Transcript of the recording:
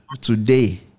today